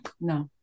No